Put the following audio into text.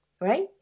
right